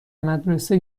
مدرسه